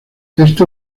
esto